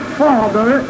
father